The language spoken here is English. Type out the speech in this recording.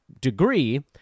degree